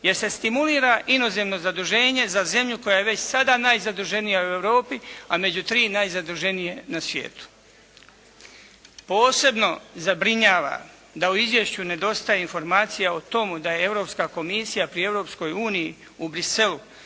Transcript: jer se stimulira inozemno zaduženje za zemlju koja je već sada najzaduženija u Europi, a među tri najzaduženije na svijetu. Posebno zabrinjava da u izvješću nedostaje informacija o tomu da je europska komisija pri Europskoj uniji u Bruxellesu